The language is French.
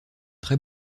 très